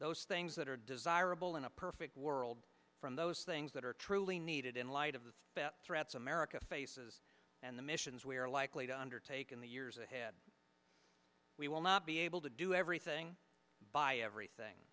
those things that are desirable in a perfect world from those things that are truly needed in light of the threats america faces and the missions we are likely to undertake in the years ahead we will not be able to do everything by everything